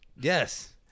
Yes